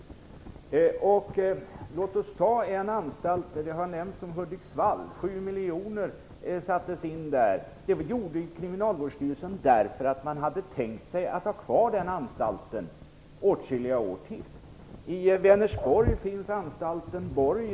Anstalten i Hudiksvall har nämnts i debatten. 7 miljoner sattes in där. Det gjorde Kriminalvårdsstyrelsen därför att man hade tänkt sig att behålla den anstalten åtskilliga år till. I Vänersborg finns anstalten Borgen.